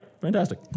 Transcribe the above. Fantastic